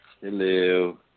Hello